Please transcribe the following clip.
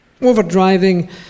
Overdriving